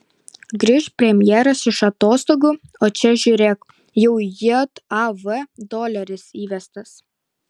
grįš premjeras iš atostogų o čia žiūrėk jau jav doleris įvestas